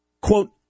quote